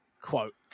quote